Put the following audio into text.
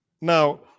Now